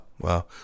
Wow